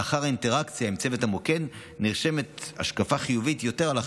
לאחר אינטראקציה עם צוות המוקד נרשמת השקפה חיובית יותר על החיים,